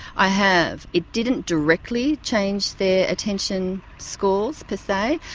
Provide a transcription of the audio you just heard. i have. it didn't directly change their attention scores per se,